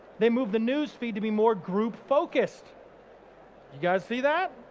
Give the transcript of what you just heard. they move the newsfeed to be more group focused. you guys see that?